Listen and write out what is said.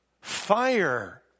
fire